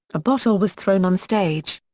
a bottle was thrown on stage.